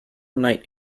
night